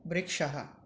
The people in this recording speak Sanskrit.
वृक्षः